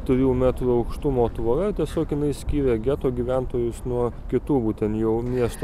trijų metrų aukštumo tvora tiesiog jinai skyrė geto gyventojus nuo kitų būtent jau miesto